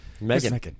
Megan